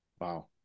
Wow